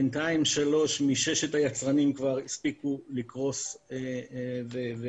בינתיים שלוש מששת היצרנים כבר הספיקו לקרוס וסיימו.